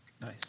Nice